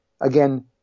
again